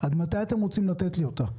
עד מתי אתם רוצים לתת לי אותה?